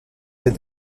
des